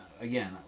Again